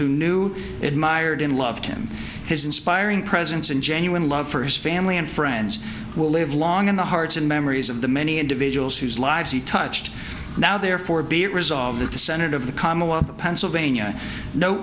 who knew it mired loved him his inspiring presence and genuine love for his family and friends will live long in the hearts and memories of the many individuals whose lives he touched now therefore be resolved that the senate of the commonwealth of pennsylvania kno